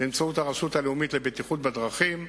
באמצעות הרשות הלאומית לבטיחות בדרכים,